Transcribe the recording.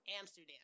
Amsterdam